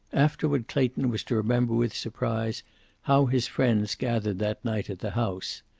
afterward clayton was to remember with surprise how his friends gathered that night at the house.